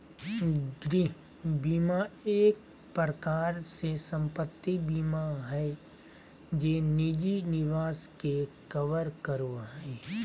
गृह बीमा एक प्रकार से सम्पत्ति बीमा हय जे निजी निवास के कवर करो हय